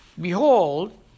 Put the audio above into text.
Behold